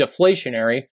deflationary